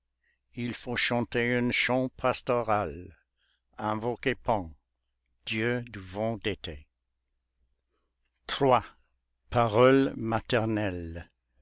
il faut chanter un chant pastoral invoquer pan dieu du vent d'été toi paroles maternelles